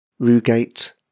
Rugate